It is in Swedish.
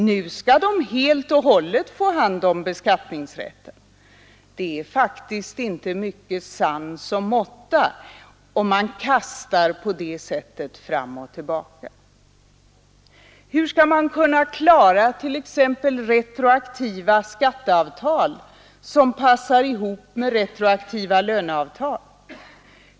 Nu skall de helt och hållet få hand om beskattningsrätten. Det är faktiskt inte mycket sans och måtta om man kastar på det sättet fram och tillbaka. Hur skall man kunna klara t.ex. retroaktiva skatteavtal som passar ihop med retroa tiva löneavtal?